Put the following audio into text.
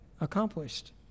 accomplished